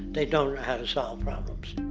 they don't know how to solve problems.